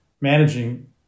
managing